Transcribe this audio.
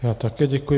Já také děkuji.